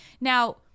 Now